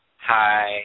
Hi